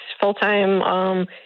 full-time